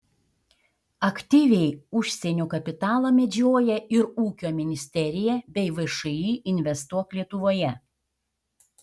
aktyviai užsienio kapitalą medžioja ir ūkio ministerija bei všį investuok lietuvoje